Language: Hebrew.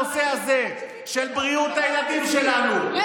אם שר החינוך לא היה קיש היו ממשיכים ללמוד תנ"ך.